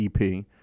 EP